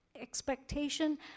expectation